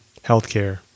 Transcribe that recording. healthcare